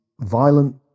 violent